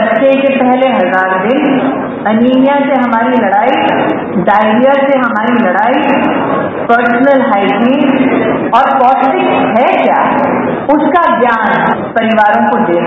बच्चे के पहले हजार दिन एनीमिया से हमारी लड़ाई डायरिया से हमारी लड़ाई पर्सनल हाईजीन और पौष्टिक है क्या उसका ज्ञान परिवारों को देना